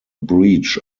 breach